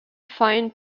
fine